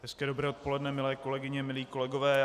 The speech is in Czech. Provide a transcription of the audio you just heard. Hezké dobré odpoledne, milé kolegyně, milí kolegové.